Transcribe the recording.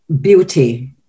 beauty